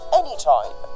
anytime